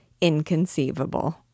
inconceivable